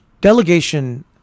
delegation